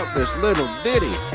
this little bitty